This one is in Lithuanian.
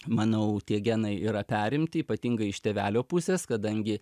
manau tie genai yra perimti ypatingai iš tėvelio pusės kadangi